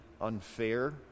unfair